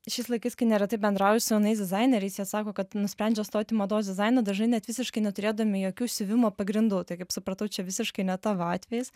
šiais laikais kai nėra taip bendrauju su jaunais dizaineriais jie sako kad nusprendžiau stot į mados dizainą dažnai net visiškai neturėdami jokių siuvimo pagrindų tai kaip supratau čia visiškai ne tavo atvejis